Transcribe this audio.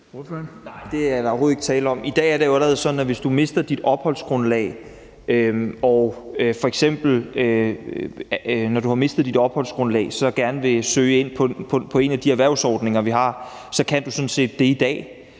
I dag er det allerede sådan, at hvis du mister dit opholdsgrundlag og gerne vil søge ind på en af de erhvervsordninger, vi har, kan du sådan set det i dag.